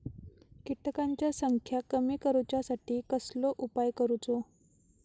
किटकांची संख्या कमी करुच्यासाठी कसलो उपाय करूचो?